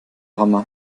hammer